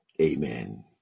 Amen